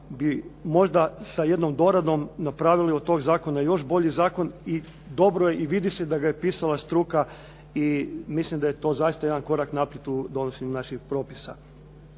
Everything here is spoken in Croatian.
bi možda sa jednom doradom napravili od tog zakona još bolji zakon i dobro je i vidi se da ga je pisala struka i mislim da je to zaista jedan korak naprijed u donošenju naših propisa.